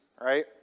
right